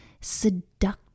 seductive